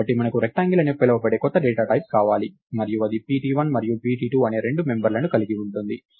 కాబట్టి మనకు రెక్టాంగిల్ అని పిలువబడే కొత్త డేటా టైప్ కావాలి మరియు ఇది pt1 మరియు pt2 అనే రెండు మెంబర్లను కలిగి ఉంటుంది